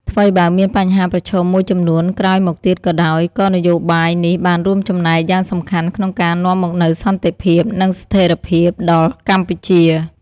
ថ្វីបើមានបញ្ហាប្រឈមមួយចំនួនក្រោយមកទៀតក៏ដោយ ក៏នយោបាយនេះបានរួមចំណែកយ៉ាងសំខាន់ក្នុងការនាំមកនូវសន្តិភាព និងស្ថិរភាពដល់កម្ពុជា។